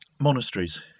monasteries